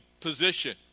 position